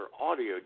audio